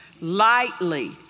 lightly